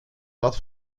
das